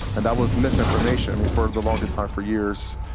and that was misinformation. i mean, for the longest time, for years,